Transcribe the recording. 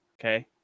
okay